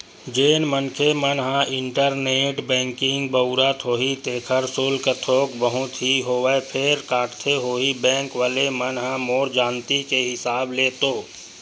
जेन मनखे मन ह इंटरनेट बेंकिग बउरत होही तेखर सुल्क थोक बहुत ही होवय फेर काटथे होही बेंक वले मन ह मोर जानती के हिसाब ले तो